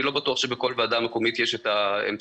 ואני לא בטוח שבכל ועדה מקומית יש האמצעים